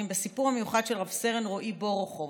בסיפור המיוחד של רב-סרן רועי בורוכוב.